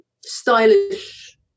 stylish